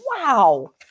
wow